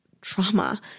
trauma